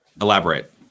Elaborate